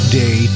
day